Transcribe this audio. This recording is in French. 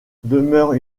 demeure